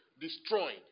destroyed